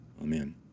Amen